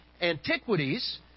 antiquities